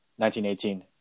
1918